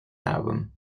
album